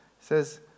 says